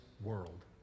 world